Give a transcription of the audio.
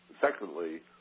secondly